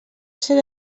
ser